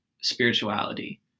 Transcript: spirituality